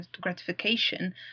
gratification